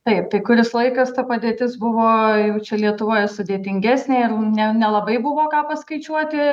taip tai kuris laikas ta padėtis buvo jau čia lietuvoje sudėtingesnė ne nelabai buvo ką paskaičiuoti